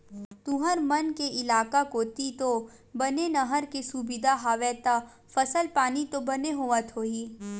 तुंहर मन के इलाका मन कोती तो बने नहर के सुबिधा हवय ता फसल पानी तो बने होवत होही?